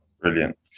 Brilliant